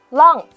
long